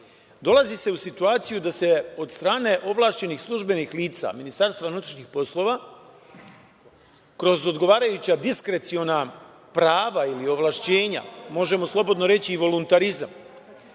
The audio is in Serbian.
dolazi u situaciju da se od strane ovlašćenih službenih lica MUP-a kroz odgovarajuća diskreciona prava ili ovlašćenja, možemo slobodno reći i voluntarizam,